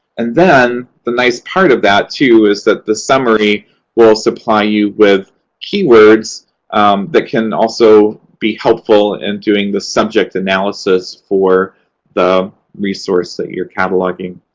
and then the nice part of that, too, is that the summary will supply you with keywords that can also be helpful in and doing the subject analysis for the resource that you're cataloging,